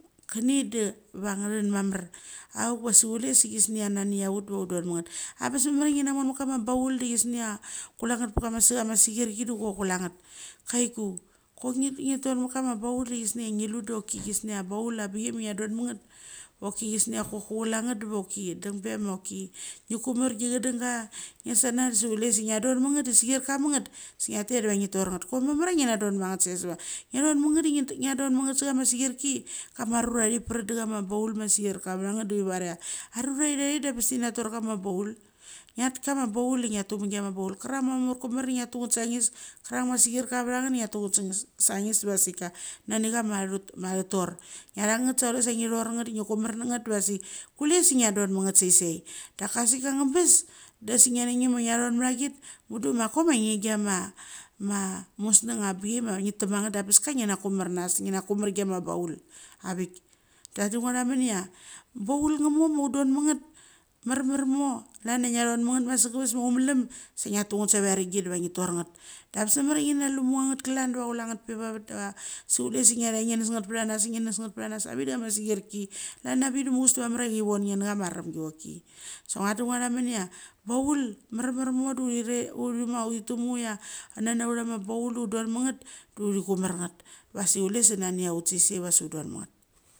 Chini da va ngrang mamar chule sa chesngia nanichira ut deva ut don mitnget abes mamar ngia mommit kamoi baul de chesngia kula nget per ma sekirki da chula nget, kaiku kok uge tor mit kama baul de chesngia nglu doki. Ches ngia bau avangbichia ngia don mit nget chesngia kok kula ngot deva koki dang ber hcia ma choki ngie komar gichadenga, ngiasa na de sa ngthdon mit nget de sekirka mit nget sa ngia tet de nge thor nget. Kok mamar chia ngna donma nget save sa va vet ngthem mitnget de sana skirki, kama rura de perdam amabaul ma sekirka mit nget thivarchia arura chiagai da bes hina to bama baul. Ngia kama baul de ngiatu mit giama baul krang ma kamur kamur de ngiatu nget sangnes, karang ma sekirka vang nget sang nes vaseka nangia. A athor ngtha nget sa kule nge thor nget de nge komar nget deva asek kule sa ngiadom mit nget sesek daka aseka angngebes da sek ngianagem chia ngiadom mit ama git, mudu a koma nge gocjia ma museng chia vangbichia ma uge tatma nget da bes cha ngiana kumar uas, ngina komar chia ma kaul avik. Dadu ngo du nguaman chia baul ngomama chure don mituget marmar mo chlan chia ngiadon mit ngot ma sagaves ma utmelem sa ngiatu nget na lumuna nget klan deva chule angot angot oar va vet da sa chule sa ngth chia ngi mas nget per vanas avik de kama sekirki. Klan avik de muchaves de ngthri von nge nachama arengi choki. Sa ngoadi ngovaramen chia, baul de marmar mo ut tumu chia nana uthama baul da udon mit nget da uchri komar nget vasek kule sa ngngia ut sesek vasek ut donmit nget.